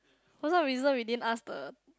for some reason we didn't ask the